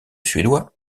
suédois